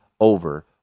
over